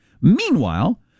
Meanwhile